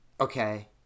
Okay